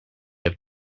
have